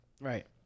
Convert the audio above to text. Right